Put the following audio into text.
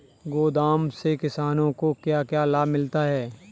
गोदाम से किसानों को क्या क्या लाभ मिलता है?